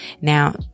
Now